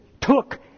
took